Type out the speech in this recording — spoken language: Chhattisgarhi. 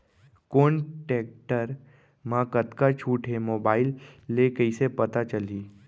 कोन टेकटर म कतका छूट हे, मोबाईल ले कइसे पता चलही?